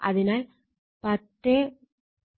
5 ഉം ഇതും 1